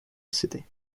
city